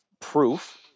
proof